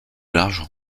l’argent